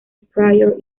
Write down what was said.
prior